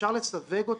שיסירו את זה.